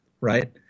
right